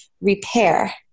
repair